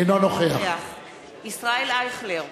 אינו נוכח ישראל אייכלר,